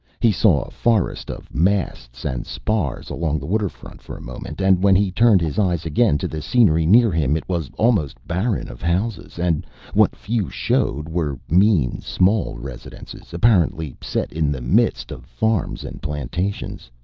he saw a forest of masts and spars along the waterfront for a moment and when he turned his eyes again to the scenery near him it was almost barren of houses, and what few showed were mean, small residences, apparently set in the midst of farms and plantations.